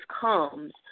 comes